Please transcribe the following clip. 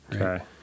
Okay